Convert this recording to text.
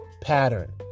pattern